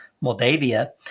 Moldavia